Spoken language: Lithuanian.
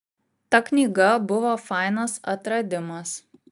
ta knyga buvo fainas atradimas